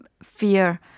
fear